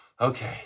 Okay